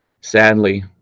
Sadly